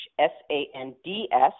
S-A-N-D-S